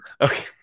Okay